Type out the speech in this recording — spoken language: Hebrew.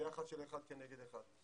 ביחס של אחד כנגד אחד.